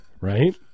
right